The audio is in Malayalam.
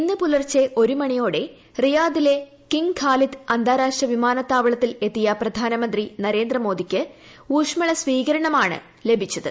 ഇന്ന് പുലർച്ചെ ഒരു മണിയോടെ റിയാദിലെ കിംഗ് ഖാലിദ് അന്താരാഷ്ട്ര വിമാനത്താവളത്തിൽ എത്തിയ പ്രധാനമന്ത്രി നരേന്ദ്രമോദിക്ക് ഊഷ്മള സ്വീകരണമാണ് ലഭിച്ചത്